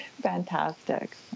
fantastic